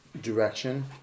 direction